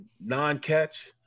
non-catch